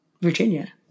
Virginia